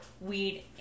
weed